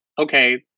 okay